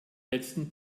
letzten